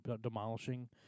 demolishing